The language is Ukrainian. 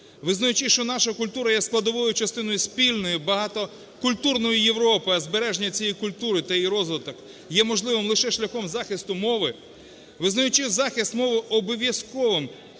визнаючи, що наша культура є складовою частиною спільної багатокультурної Європи, а збереження цієї культури та її розвиток є можливим лише шляхом захисту мови, визнаючи захист мови обов'язковим